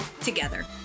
together